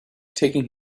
taking